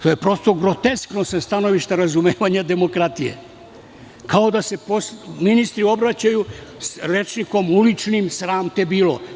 To je groteskno sa stanovišta razumevanja demokratije, kao da se ministri obraćaju poslaniku rečnikom uličnim – sram te bilo.